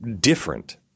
different